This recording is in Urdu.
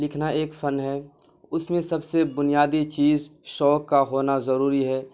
لکھنا ایک فن ہے اس میں سب سے بنیادی چیز شوق کا ہونا ضروری ہے